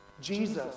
Jesus